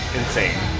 insane